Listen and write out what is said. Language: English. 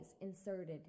inserted